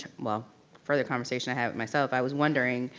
ah well further conversation i had with myself, i was wondering.